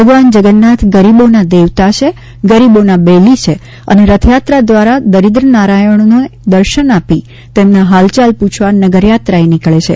ભગવાન જગન્નાથ ગરીબોના દેવતા છે ગરીબોના બેલી છે અને રથયાત્રા દ્વારા દરીક્રનારાયણોને દર્શન આપી તેમના હાલચાલ પૂછવા નગરયાત્રાએ નીકળે છે